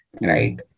right